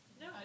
No